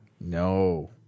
No